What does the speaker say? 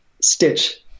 stitch